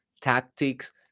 tactics